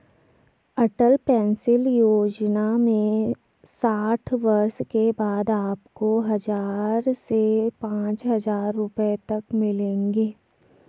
अटल pension Yojana में साठ वर्ष के बाद आपको हज़ार से पांच हज़ार रुपए तक मिलेंगे